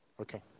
Okay